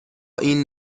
این